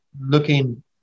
looking